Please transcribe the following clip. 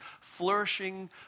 flourishing